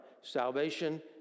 salvation